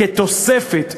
כתוספת,